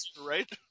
Right